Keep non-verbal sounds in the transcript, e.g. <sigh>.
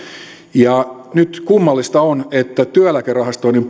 nyt kummallista on että työeläkerahastoinnin <unintelligible>